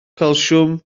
calsiwm